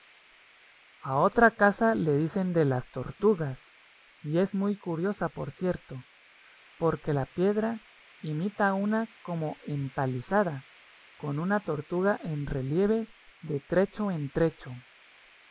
a otra casa le dicen de las tortugas y es muy curiosa por cierto porque la piedra imita una como empalizada con una tortuga en relieve de trecho en trecho